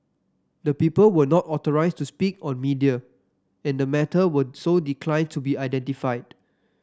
the people were not authorised to speak on media and the matter were so declined to be identified